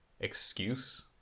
excuse